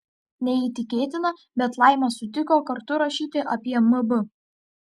neįtikėtina bet laima sutiko kartu rašyti apie mb